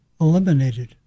eliminated